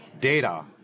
data